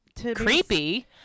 Creepy